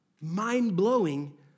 mind-blowing